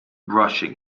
brushing